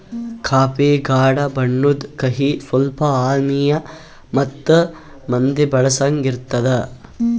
coffee ಗಾಢ ಬಣ್ಣುದ್, ಕಹಿ, ಸ್ವಲ್ಪ ಆಮ್ಲಿಯ ಮತ್ತ ಮಂದಿ ಬಳಸಂಗ್ ಇರ್ತದ